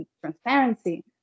transparency